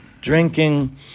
drinking